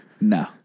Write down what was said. No